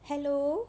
hello